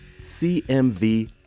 C-M-V